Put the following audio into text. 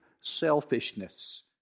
selfishness